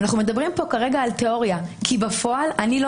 אנחנו מדברים כאן כרגע על תיאוריה כי בפועל אני לא